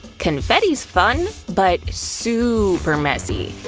confetti's fun but super messy.